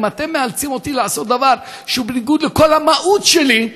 אם אתם מאלצים אותי לעשות דבר שהוא בניגוד לכל המהות שלי,